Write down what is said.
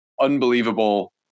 unbelievable